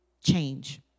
change